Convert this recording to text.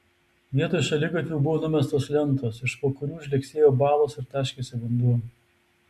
vietoj šaligatvių buvo numestos lentos iš po kurių žlegsėjo balos ir taškėsi vanduo